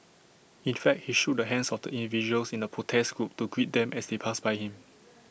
in fact he shook the hands of individuals in the protest group to greet them as they passed by him